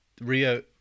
Rio